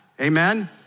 Amen